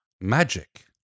magic